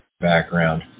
background